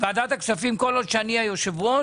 ועדת הכספים, כל עוד אני היושב-ראש,